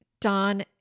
Don